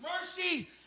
mercy